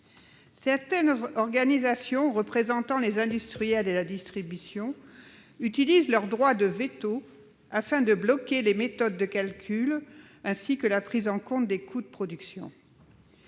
Certaines organisations représentant les industriels et la distribution utilisent leur droit de veto afin de bloquer les méthodes de calcul ainsi que la prise en compte des coûts de production.